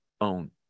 own